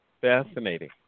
Fascinating